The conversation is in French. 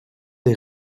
des